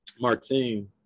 Martin